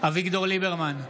אביגדור ליברמן,